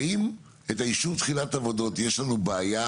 האם את האישור תחילת עבודות יש לנו בעיה